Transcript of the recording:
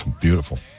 Beautiful